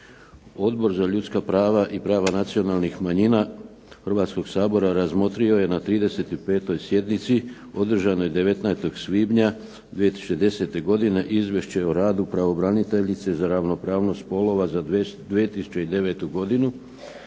Odbor za ljudska prava i prava nacionalnih manjina Hrvatskog sabora razmotrio je na 35. sjednici održanoj 19. svibnja 2010. godine Izvješće o radu Pravobraniteljice za ravnopravnost spolova za 2009. godinu,